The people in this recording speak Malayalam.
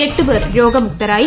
എട്ട് പേർ രോഗമുക്തരായി